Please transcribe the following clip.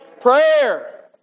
Prayer